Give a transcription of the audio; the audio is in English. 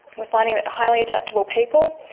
we're finding a highly adaptable people,